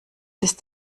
ist